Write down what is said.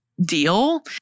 deal